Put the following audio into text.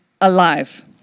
alive